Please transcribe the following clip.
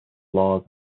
laws